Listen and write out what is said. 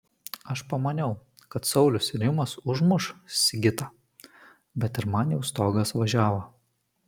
aš pamaniau kad saulius ir rimas užmuš sigitą bet ir man jau stogas važiavo